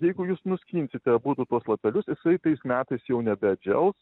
jeigu jūs nuskinsite abudu tuos lapelius jisai tais metais jau nebeatžels